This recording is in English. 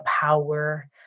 power